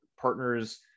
partners